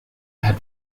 had